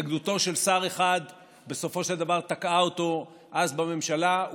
התנגדותו של שר אחד תקעה אותו אז בממשלה.